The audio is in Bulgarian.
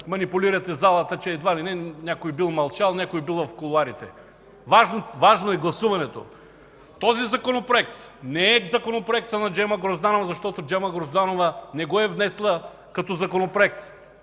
манипулирате залата, че едва ли не някой бил мълчал, някой бил в кулоарите. Важно е гласуването! Този Законопроект не е законопроектът на Джема Грозданова, защото тя не го е внесла като законопроект.